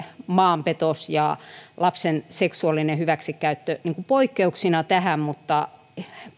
maanpetos ja lapsen seksuaalinen hyväksikäyttö poikkeuksina tähän mutta